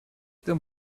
them